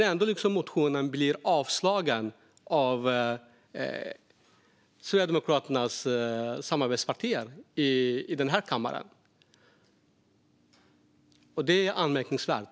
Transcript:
Ändå avslås Sverigedemokraternas motion av samarbetspartierna i den här kammaren. Det är anmärkningsvärt.